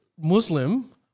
Muslim